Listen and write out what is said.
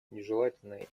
нежелательное